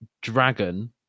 dragon